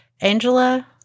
Angela